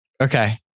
okay